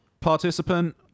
participant